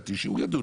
מבחינתי שהוא ידון.